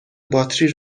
باتری